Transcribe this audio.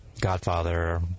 Godfather